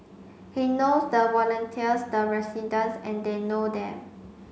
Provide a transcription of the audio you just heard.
he knows the volunteers the residents and they know them